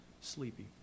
sleepy